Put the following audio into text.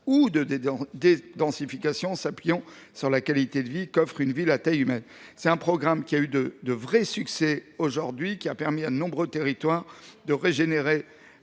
ou de dédensification, en s’appuyant sur la qualité de vie qu’offre une ville à taille humaine. Ce programme a connu de vrais succès et permis à de nombreux territoires de régénérer